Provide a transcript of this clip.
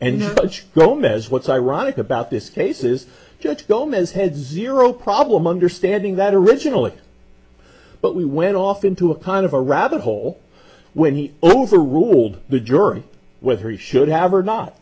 as what's ironic about this case is judge gomez had zero problem understanding that originally but we went off into a kind of a rabbit hole when he overruled the jury whether he should have or not